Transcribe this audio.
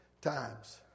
times